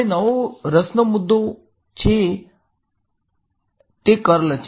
હવે નવો રસનો મોદ્દો છે આગળનો જથ્થો તે કર્લ છે